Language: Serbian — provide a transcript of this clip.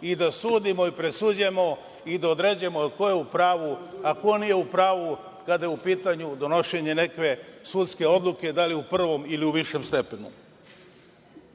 i da sudimo i presuđujemo i da određujemo ko je u pravu, a ko nije u pravu kada je u pitanju donošenje neke sudske odluke da li u prvom ili u višem stepenu. Mogu